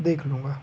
देख लूँगा